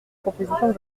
proposition